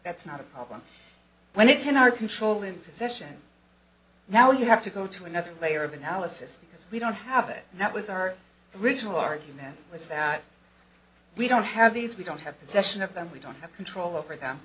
that's not a problem when it's in our control and possession now you have to go to another layer of analysis because we don't have it and that was our original argument was that we don't have these we don't have possession of them we don't have control over them